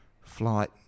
flight